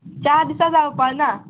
चार दिसा जावपा ना